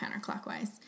counterclockwise